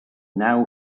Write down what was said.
now